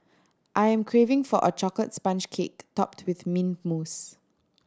I am craving for a chocolate sponge cake topped with mint mousse